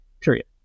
period